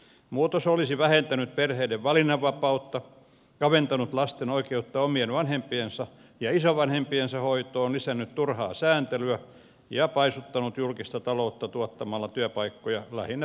muutos olisi vähentänyt perheiden valinnanvapautta kaventanut lasten oikeutta omien vanhempiensa ja isovanhempiensa hoitoon lisännyt turhaa sääntelyä ja paisuttanut julkista taloutta tuottamalla työpaikkoja lähinnä päiväkoteihin